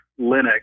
Linux